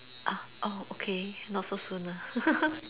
ah oh okay not so soon nah